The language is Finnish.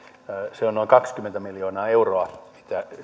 se on noin kaksikymmentä miljoonaa euroa